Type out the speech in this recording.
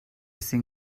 cinc